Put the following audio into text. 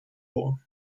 law